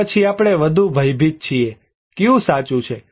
કે પછી આપણે વધુ ભયભીત છીએ કયું સાચું છે